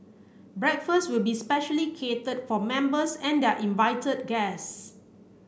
breakfast will be specially catered for members and their invited guest